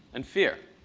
and fear.